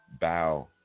bow